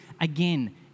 again